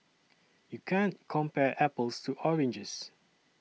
you can't compare apples to oranges